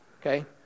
Okay